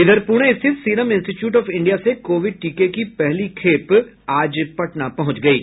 इधर पुणे स्थित Serum Institute of India से कोविड टीके की पहली खेप आज पटना पहुंच गयी है